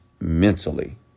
mentally